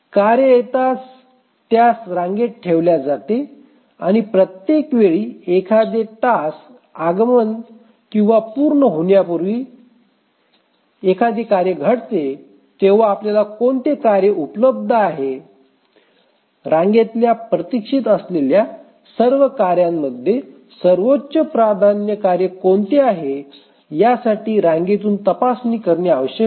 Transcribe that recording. कार्ये येताच आम्ही त्यास रांगेत ठेवतो आणि प्रत्येक वेळी एखादे टास्क आगमन किंवा पूर्ण होण्यापुर्वी एखादे कार्य घडते तेव्हा आपल्याला कोणते कार्य उपलब्ध आहे रांगेतल्या प्रतीक्षेत असलेल्या सर्व कार्यामध्ये सर्वोच्च प्राधान्य कार्य कोणते आहेयासाठी रांगेतून तपासणी करणे आवश्यक आहे